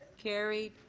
carried.